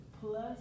plus